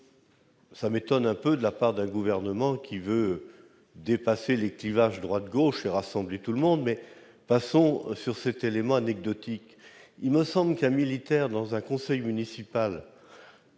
Cela m'étonne un peu de la part d'un gouvernement qui entend dépasser les clivages droite-gauche et rassembler tout le monde ! Mais passons sur cet élément anecdotique ... Il me semble qu'un militaire dans un conseil municipal